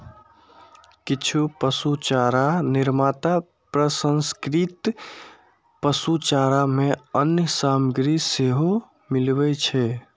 किछु पशुचारा निर्माता प्रसंस्कृत पशुचारा मे अन्य सामग्री सेहो मिलबै छै